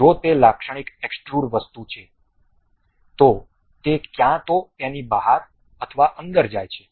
જો તે લાક્ષણિક એક્સ્ટ્રુડ વસ્તુ છે તો તે ક્યાં તો તેની બહાર અથવા અંદર જાય છે